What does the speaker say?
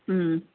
ம்